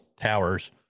towers